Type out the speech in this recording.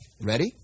Ready